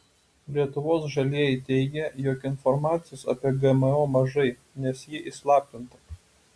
lietuvos žalieji teigia jog informacijos apie gmo mažai nes ji įslaptinta